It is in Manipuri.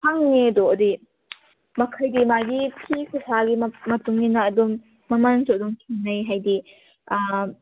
ꯐꯪꯉꯦ ꯑꯗꯣ ꯍꯥꯏꯗꯤ ꯃꯈꯜꯒꯤ ꯃꯥꯒꯤ ꯐꯤꯁꯨ ꯈꯨꯁꯥꯒꯤ ꯃꯇꯨꯡ ꯏꯟꯅ ꯑꯗꯨꯝ ꯃꯃꯟꯁꯦ ꯑꯗꯨꯝ ꯈꯦꯠꯅꯩ ꯍꯥꯏꯗꯤ